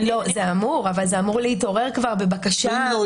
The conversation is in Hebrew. זה אמור אבל זה אמור להתעורר כבר בבקשה.